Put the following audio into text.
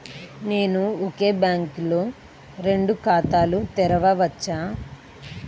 నేను ఒకే బ్యాంకులో రెండు ఖాతాలు తెరవవచ్చా?